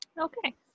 Okay